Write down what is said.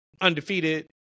Undefeated